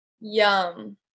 yum